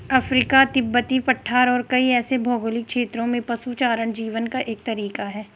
Africa, तिब्बती पठार और कई ऐसे भौगोलिक क्षेत्रों में पशुचारण जीवन का एक तरीका है